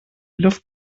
luft